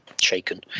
shaken